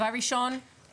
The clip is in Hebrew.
דבר ראשון,